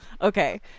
Okay